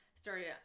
started